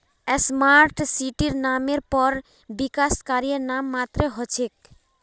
smart सिटीर नामेर पर विकास कार्य नाम मात्रेर हो छेक